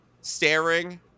staring